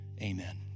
Amen